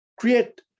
create